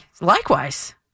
likewise